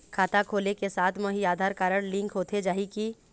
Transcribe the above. खाता खोले के साथ म ही आधार कारड लिंक होथे जाही की?